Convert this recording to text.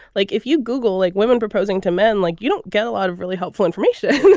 like if you google, like women proposing to men like you don't get a lot of really helpful information